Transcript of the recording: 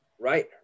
Right